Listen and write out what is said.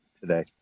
today